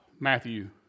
Matthew